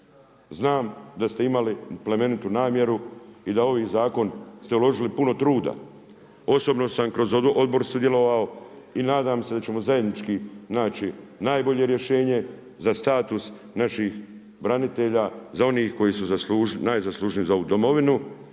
znam da ste imali plemenitu namjeru i da u ovaj zakon ste uložili puno truda. Osobno sam kroz odbor sudjelovao i nadam se da ćemo zajednički naći najbolje rješenje za status naših branitelja, za one koji su najzaslužniji za ovu domovinu,